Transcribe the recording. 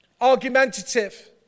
argumentative